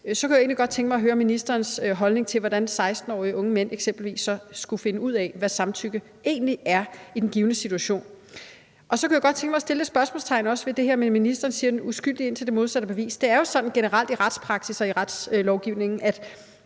egentlig godt tænke mig at høre ministerens holdning til, hvordan eksempelvis 16-årige unge mænd så skulle finde ud af, hvad samtykke egentlig er i den givne situation. Så kunne jeg godt tænke mig også at sætte spørgsmålstegn ved det her med, at ministeren siger, man er uskyldig, indtil det modsatte er bevist. Det er jo sådan generelt i retspraksis og i retslovgivningen, at